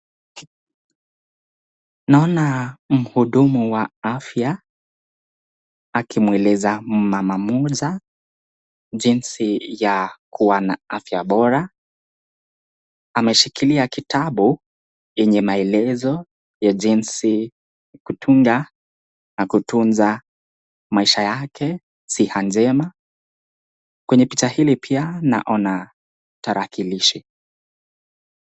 Naona mhudumu wa afya akimweleza mama mmoja jinsi ya kuwa na afya bora, ameshikilia kitabu yenye maelezo ya jinsi kutunga na kutunza maisha yake, hisia njema. Kwenye picha hii tena naona tarakilishi.